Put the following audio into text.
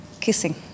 kissing